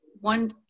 one